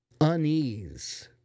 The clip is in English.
unease